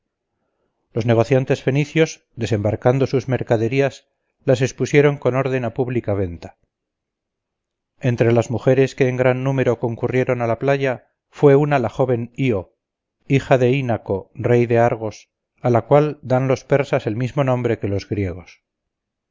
los negociantes fenicios desembarcando sus mercaderías las expusieron con orden a pública venta entre las mujeres que en gran número concurrieron a la playa fue una la joven io hija de inacho rey de argos a la cual dan los persas el mismo nombre que los griegos